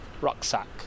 rucksack